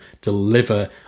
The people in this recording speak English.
deliver